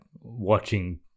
watching